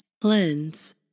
cleanse